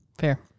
Fair